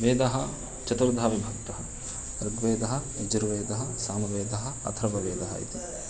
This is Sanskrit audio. वेदः चतुर्धा विभक्तः ऋग्वेदः यजुर्वेदः सामवेदः अथर्ववेदः इति